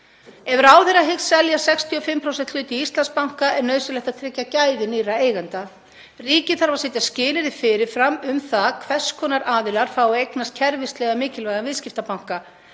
Ef ráðherra hyggst selja 65% hlut í Íslandsbanka er nauðsynlegt að tryggja gæði nýrra eigenda. Ríkið þarf að setja skilyrði fyrir fram um það hvers konar aðilar fái að eignast kerfislega mikilvæga viðskiptabanka.